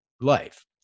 life